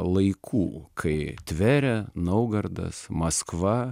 laikų kai tverė naugardas maskva